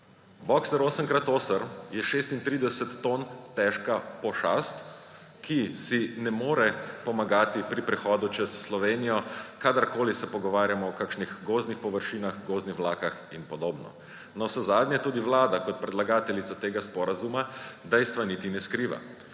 Boxer 8x8 je 36 ton težka pošast, ki si ne more pomagati pri prehodu čez Slovenijo, kadarkoli se pogovarjamo o kakšnih gozdnih površinah, gozdnih vlakah in podobno. Navsezadnje tudi Vlada kot predlagateljica tega sporazuma dejstva niti ne skriva.